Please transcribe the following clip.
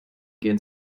gehen